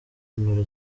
unyura